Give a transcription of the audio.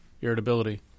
irritability